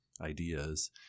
ideas